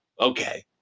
Okay